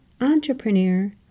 entrepreneur